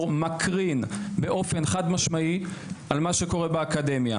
מקרינים באופן חד-משמעי על מה שקורה באקדמיה.